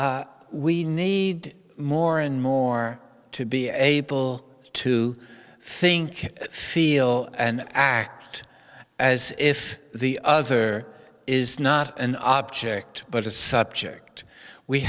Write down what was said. we need more and more to be able to think feel and act as if the other is not an object but a subject we